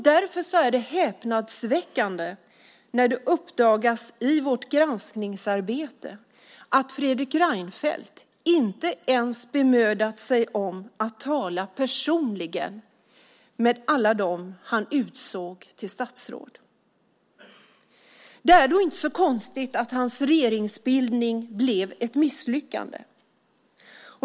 Därför var det häpnadsväckande när det i vårt granskningsarbete uppdagades att Fredrik Reinfeldt inte ens hade bemödat sig om att tala personligen med alla dem han utsåg till statsråd. Det är därför inte så konstigt att hans regeringsbildning blev ett misslyckande.